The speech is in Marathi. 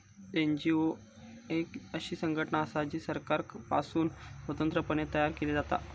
एन.जी.ओ एक अशी संघटना असा जी सरकारपासुन स्वतंत्र पणे तयार केली जाता